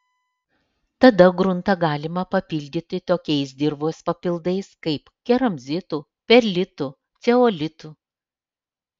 tada gruntą galima papildyti tokiais dirvos papildais kaip keramzitu perlitu ceolitu